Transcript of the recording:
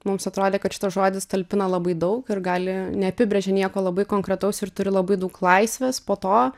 mums atrodė kad šitas žodis talpina labai daug ir gali neapibrėžia nieko labai konkretaus ir turi labai daug laisvės po to